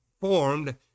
formed